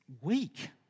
weak